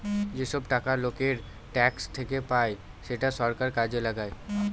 যেসব টাকা লোকের ট্যাক্স থেকে পায় সেটা সরকার কাজে লাগায়